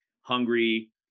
hungry